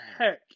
heck